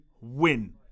win